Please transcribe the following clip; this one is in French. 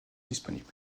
disponibles